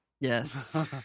Yes